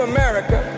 America